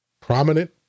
prominent